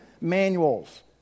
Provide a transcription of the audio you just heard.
manuals